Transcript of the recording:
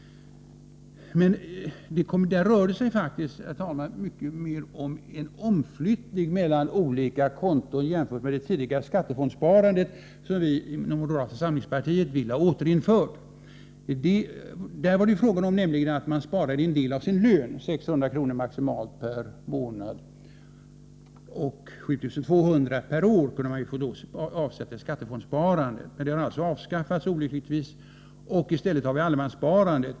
Men när det gäller allemanssparandet rör det sig faktiskt, herr talman, mycket mer om en omflyttning mellan olika konton än i det tidigare skattefondssparandet, som vi inom moderata samlingspartiet vill haåterinfört. Där var det nämligen fråga om att man sparade en del av sin lön —- 600 kr. maximalt per månad och 7 200 kr. per år kunde man då få avsätta i skattefondssparandet. Men detta har olyckligtvis avskaffats, och i stället har vi fått allemanssparandet.